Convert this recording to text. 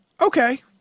okay